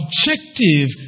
objective